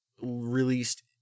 released